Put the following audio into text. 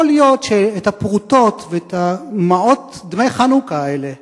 יכול להיות שאת הפרוטות ואת מעות דמי חנוכה האלה,